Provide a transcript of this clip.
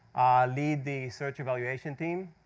lead the search evaluation team.